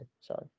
sorry